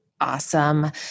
Awesome